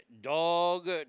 dog